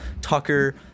Tucker